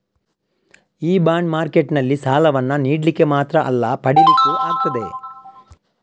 ಈ ಬಾಂಡ್ ಮಾರ್ಕೆಟಿನಲ್ಲಿ ಸಾಲವನ್ನ ನೀಡ್ಲಿಕ್ಕೆ ಮಾತ್ರ ಅಲ್ಲ ಪಡೀಲಿಕ್ಕೂ ಆಗ್ತದೆ